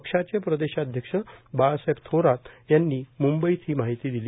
पक्षाचे प्रदेशाध्यक्ष बाळासाहेब थोरात यांनी मुंबईत ही माहिती दिली